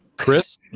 Chris